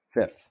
fifth